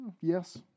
Yes